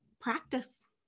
practice